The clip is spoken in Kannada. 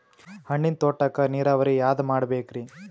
ಹಣ್ಣಿನ್ ತೋಟಕ್ಕ ನೀರಾವರಿ ಯಾದ ಮಾಡಬೇಕ್ರಿ?